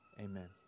amen